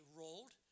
rolled